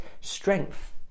strength